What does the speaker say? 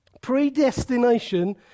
Predestination